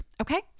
Okay